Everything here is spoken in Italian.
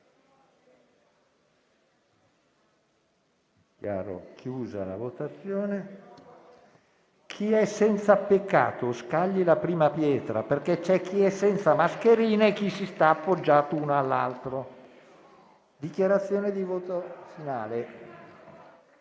chi è senza peccato scagli la prima pietra, perché c'è chi è senza mascherina e chi sta appoggiato l'uno con l'altro. Passiamo alla votazione finale.